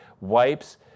wipes